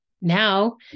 now